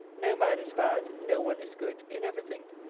no man is bad, no one is good, in every thing.